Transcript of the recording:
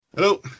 Hello